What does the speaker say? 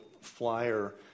flyer